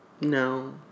No